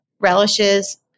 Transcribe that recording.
relishes